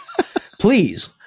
please